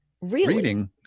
reading